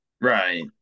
Right